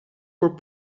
voor